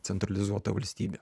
centralizuota valstybė